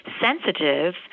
sensitive